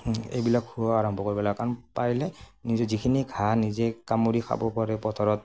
এইবিলাক খুওৱা আৰম্ভ কৰিব লাগে কাৰণ পাৰিলে নিজে যিখিনি ঘাঁহ নিজে কামুৰি খাব পাৰে পথাৰত